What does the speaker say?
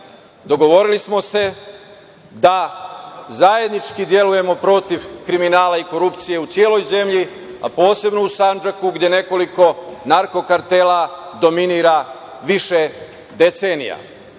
dogovorili smo se da zajednički delujemo protiv kriminala i korupcije u celoj zemlji, a posebno u Sandžaku gde nekoliko narko kartela dominira više decenija. Na